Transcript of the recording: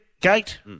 Gate